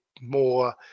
more